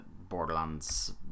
Borderlands